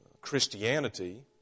Christianity